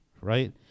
Right